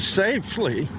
safely